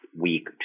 week